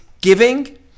giving